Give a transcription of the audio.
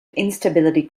instability